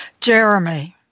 Jeremy